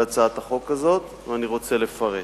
על הצעת החוק הזאת, ואני רוצה לפרט.